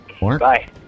Bye